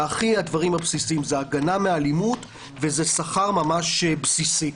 זה הדברים הכי בסיסיים: זאת הגנה מאלימות וזה שכר ממש בסיסי.